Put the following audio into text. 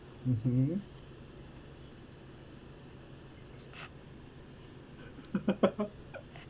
mmhmm